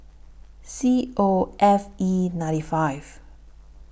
C O F E ninety five